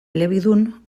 elebidun